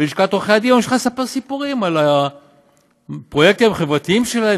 ולשכת עורכי הדין ממשיכה לספר סיפורים על הפרויקטים החברתיים שלהם,